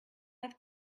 have